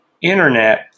internet